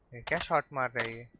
cannot have a